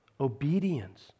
obedience